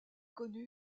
connu